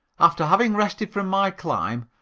after having rested from my climb,